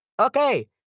Okay